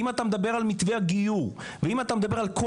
אם אתה מדבר על מתווה הגיור,